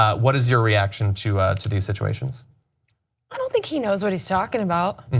ah what is your reaction to to the situation? i don't think he knows what he's talking about,